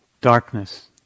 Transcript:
Darkness